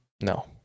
No